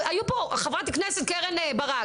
חברת הכנסת קרן ברק.